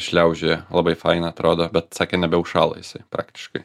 šliaužioja labai faina atrodo bet sakė nebeužšąla jisai praktiškai